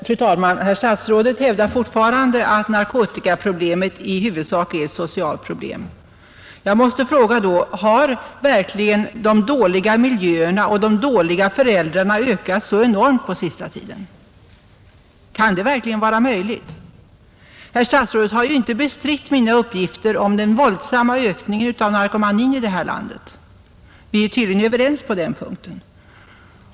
Fru talman! Herr statsrådet hävdar fortfarande att narkotikaproblemet i huvudsak är ett socialt problem, Då måste jag fråga: Har verkligen antalet dåliga miljöer och dåliga föräldrar ökat så enormt på senaste tiden? Kan det verkligen vara möjligt? Statsrådet Lidbom har ju inte bestritt mina uppgifter om den våldsamma ökningen av narkomanin här i landet. Vi är tydligen överens på den punkten.